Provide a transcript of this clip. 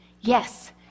Yes